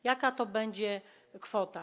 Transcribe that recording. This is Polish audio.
Jaka to będzie kwota?